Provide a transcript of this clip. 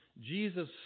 Jesus